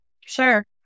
Sure